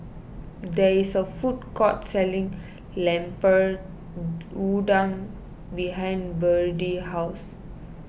there is a food court selling Lemper Udang behind Byrdie's house